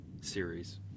series